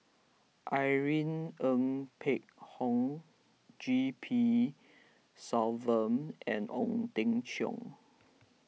Irene Ng Phek Hoong G P Selvam and Ong Teng Cheong